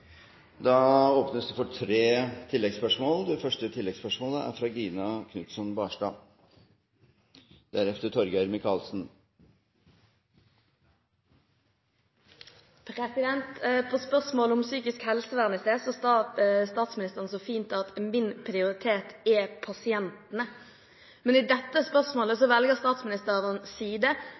åpnes for tre oppfølgingsspørsmål – først Gina Knutson Barstad. På spørsmålet om psykisk helsevern i sted sa statsministeren så fint at «min prioritet er pasientene». Men i dette spørsmålet velger statsministeren side